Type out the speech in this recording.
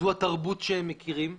זו התרבות שהם מכירים,